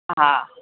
हा